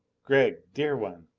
gregg dear one!